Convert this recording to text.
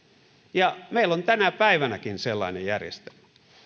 ja meillä on tänä päivänäkin sellainen järjestelmä